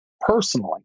personally